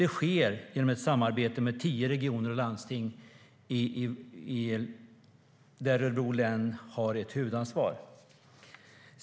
Det sker genom ett samarbete med tio regioner och landsting; Örebro län har huvudansvaret.